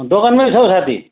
दोकानमा छु हौ साथी